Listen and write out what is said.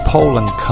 Poland